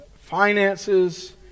finances